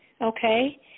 Okay